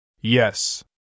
Yes